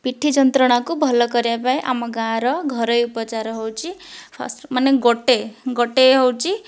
ପିଠି ଯନ୍ତ୍ରଣାକୁ ଭଲ କରିବା ପାଇଁ ଆମ ଗାଁର ଘରୋଇ ଉପଚାର ହେଉଛି ଫାର୍ଷ୍ଟ ମାନେ ଗୋଟିଏ ଗୋଟିଏ ହେଉଛି